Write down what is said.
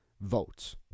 votes